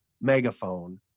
megaphone